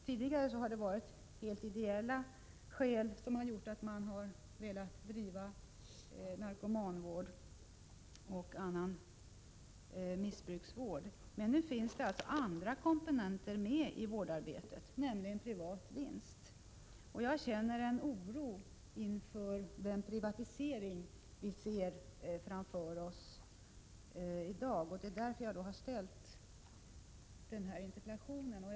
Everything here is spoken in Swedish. Tidigare har det varit helt ideella skäl som gjort att man velat bedriva narkomanvård och annan missbrukarvård privat. Nu finns en annan komponent med i vårdarbetet, nämligen privat vinst. Jag känner en oro inför den privatisering vi ser framför oss i dag. Det är därför jag har ställt min interpellation.